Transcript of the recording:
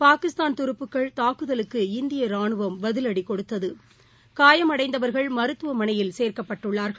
பாகிஸ்தான் துரப்புகள் தாக்குதலுக்கு இந்தியரானுவம் பதிவடிகொடுத்தது காயமடைந்தவர்கள் மருத்துவமனையில் சேர்க்கப்பட்டுள்ளார்கள்